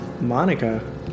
Monica